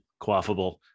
quaffable